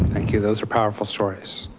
thank you, those are powerful stories.